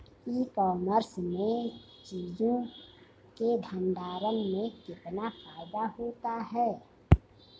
ई commerce में चीज़ों के भंडारण में कितना फायदा होता है?